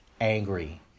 angry